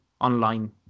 online